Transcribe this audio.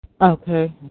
Okay